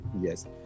yes